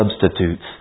substitutes